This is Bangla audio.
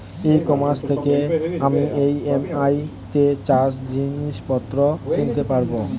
ই কমার্স থেকে আমি ই.এম.আই তে চাষে জিনিসপত্র কিনতে পারব?